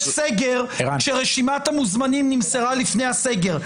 סגר כשרשימת המוזמנים נמסרה לפני הסגר.